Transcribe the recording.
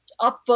upvote